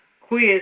quiz